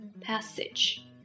passage